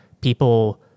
people